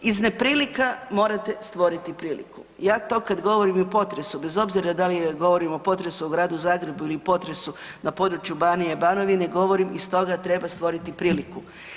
Iz neprilika morate stvoriti priliku, ja to kad govorim i o potresu, bez obzira da li govorim o potresu u gradu Zagrebu ili potresu na području Banije/Banovine, govorim, iz toga treba stvoriti priliku.